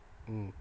mm